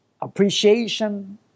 appreciation